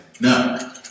No